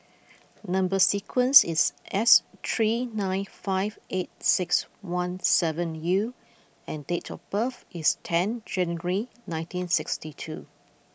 number sequence is S three nine five eight six one seven U and date of birth is ten January nineteen sixty two